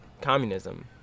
communism